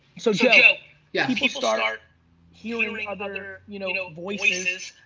so joe, yeah yeah people start hearing other you know voices,